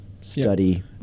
study